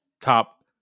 top